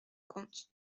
comte